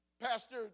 Pastor